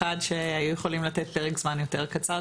א', שהיו יכולים לתת פרק זמן יותר קצר.